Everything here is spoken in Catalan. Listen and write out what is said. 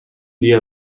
dia